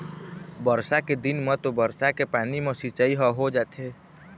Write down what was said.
बरसा के दिन म तो बरसा के पानी म सिंचई ह हो जाथे